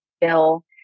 bill